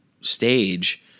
stage